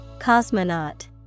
Cosmonaut